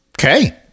Okay